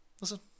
Listen